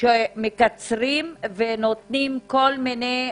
שמקצרים ונותנים כל מיני